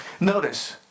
Notice